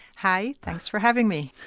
hi, thanks for having me.